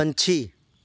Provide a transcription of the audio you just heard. ਪੰਛੀ